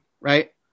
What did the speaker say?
right